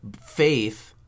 faith